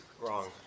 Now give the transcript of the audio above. Wrong